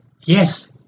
Yes